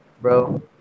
bro